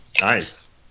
nice